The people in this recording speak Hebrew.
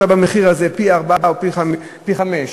אותם אלה שביצעו את הדבר הזה,